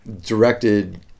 directed